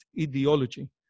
ideology